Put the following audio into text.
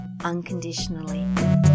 unconditionally